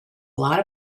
lot